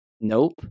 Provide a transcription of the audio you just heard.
nope